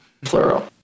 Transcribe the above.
plural